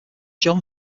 john